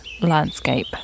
landscape